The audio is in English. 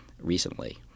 recently